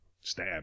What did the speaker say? stab